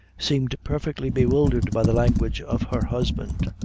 seemed perfectly bewildered by the language of her husband,